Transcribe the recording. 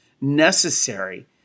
necessary